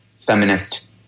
feminist